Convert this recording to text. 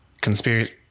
conspiracy